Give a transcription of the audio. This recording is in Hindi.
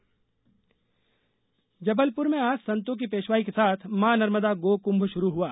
गौकुंम जबलपुर में आज संतों की पेशवाई के साथ मां नर्मदा गौ कुंभ शुरू हुआ